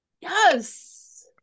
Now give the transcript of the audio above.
Yes